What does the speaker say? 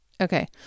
Okay